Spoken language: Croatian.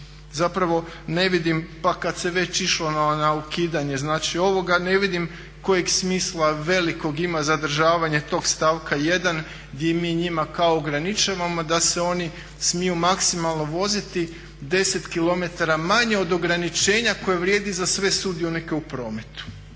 Zapravo ne vidim, pa kada se već išlo na ukidanje znači ovoga, ne vidim kojeg smisla velikog ima zadržavanje tog stavka 1. gdje mi njima kao ograničavamo da se oni smiju maksimalno voziti 10 kilometara manje od ograničenja koje vrijedi za sve sudionike u prometu.